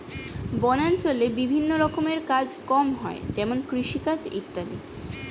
বনাঞ্চলে বিভিন্ন রকমের কাজ কম হয় যেমন কৃষিকাজ ইত্যাদি